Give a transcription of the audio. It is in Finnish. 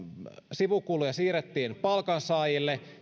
sivukuluja siirrettiin palkansaajille